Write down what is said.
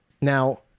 Now